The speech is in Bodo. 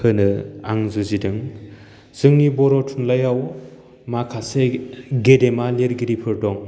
होनो आं जुजिदों जोंनि बर' थुनलाइयाव माखासे गेदेरमा लिरगिरिफोर दं